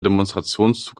demonstrationszug